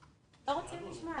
לשמוע,